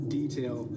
detail